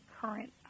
current